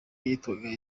yitwaga